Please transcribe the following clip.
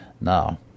Now